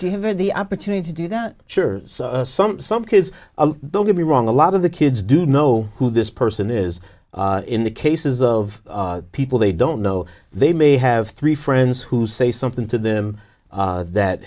have had the opportunity to do that sure some some kids don't get me wrong a lot of the kids do know who this person is in the cases of people they don't know they may have three friends who say something to them that